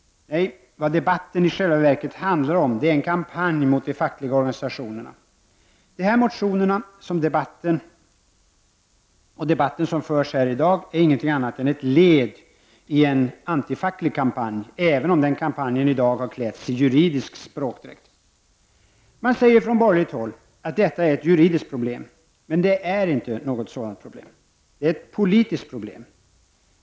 Nej, vad debatten i själva verket handlar om är en kampanj mot de fackliga organisationerna. Motionerna och den debatt som förts här i dag är ingenting annat än ett led i en antifacklig kampanj, även om den kampanjen i dag har klätts i juridisk språkdräkt. Man säger från borgerligt håll att detta är ett juridiskt problem. Men det är inte något sådant problem. Det är ett politiskt problem.